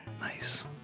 Nice